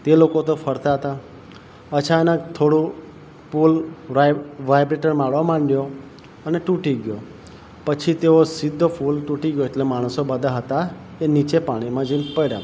તે લોકો તો ફરતા હતા અચાનક થોડુ પુલ વાઈબ્રેટર મારવા માંડ્યો અને તૂટી ગયો પછી તેઓ સીધો પુલ તૂટી ગ્યો એટલે માણસો બધા હતા એ નીચે પાણીમાં જઈને પડ્યા